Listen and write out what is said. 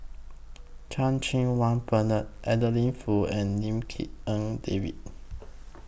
Chan Cheng Wah Bernard Adeline Foo and Lim Tik En David